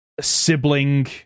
sibling